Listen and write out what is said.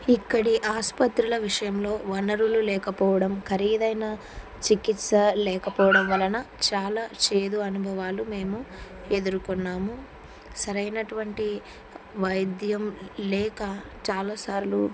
ఇక్కడి ఆసుపత్రుల విషయంలో వనరులు లేకపోవడం ఖరీదైన చికిత్స లేకపోవడం వలన చాలా చేదు అనుభవాలు మేము ఎదుర్కున్నాము సరైనటువంటి వైద్యం లేక చాలా సార్లు